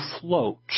float